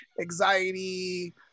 anxiety